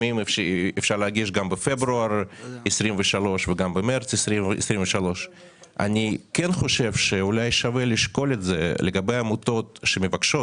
לפעמים אפשר להגיש גם בפברואר 2023 וגם במרץ 2023. אני חושב שאולי כדאי לשקול את זה לגבי עמותות שמבקשות